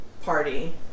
party